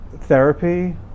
therapy